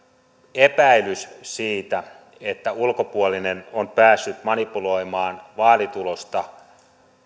epäilys siitä että ulkopuolinen on päässyt manipuloimaan vaalitulosta